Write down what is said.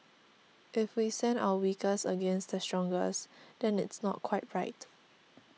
if we send our weakest against the strongest then it's not quite right